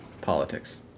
politics